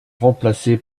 remplacé